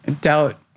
doubt